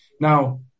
Now